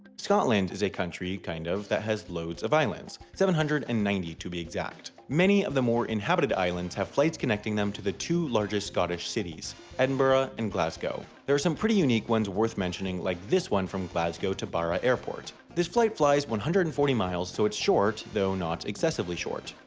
scotland is a country, kind of, that has loads of islands seven hundred and ninety to be exact. many of the more inhabited islands have flights connecting them to the two largest scottish cities edinburgh and glasgow. there are some pretty unique ones worth mentioning like the one from glasgow to barra airport. this flight flies one hundred and forty miles so its short though not excessively short.